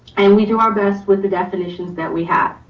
and we do our best with the definitions that we have.